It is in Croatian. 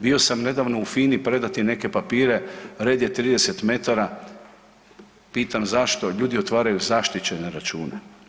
Bio sam nedavno u FINA-i predati neke papire, red je 30m, pitam zašto, ljudi otvaraju zaštićene račune.